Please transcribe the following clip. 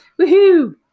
Woohoo